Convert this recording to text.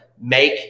Make